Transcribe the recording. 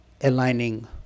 aligning